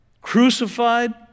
crucified